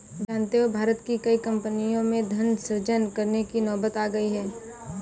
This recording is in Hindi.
जानते हो भारत की कई कम्पनियों में धन सृजन करने की नौबत आ गई है